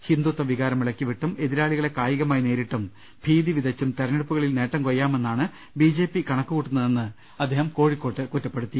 ഹിന്ദുത്വവി കാരം ഇളക്കിവിട്ടും എതിരാളികളെ കായികമായി നേരിട്ടും ഭീതി വിതച്ചും തെരഞ്ഞെടുപ്പുകളിൽ നേട്ടം കൊയ്യാമെന്നാണ് ബി ജെ പി കണക്കുകൂട്ടുന്ന തെന്ന് അദ്ദേഹം കോഴിക്കോട്ട് കുറ്റപ്പെടുത്തി